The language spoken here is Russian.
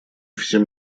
всем